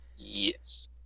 yes